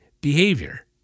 behavior